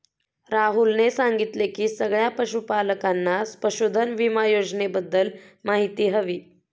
राहुलने सांगितले की सगळ्या पशूपालकांना पशुधन विमा योजनेबद्दल माहिती हवी